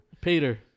Peter